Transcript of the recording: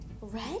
Red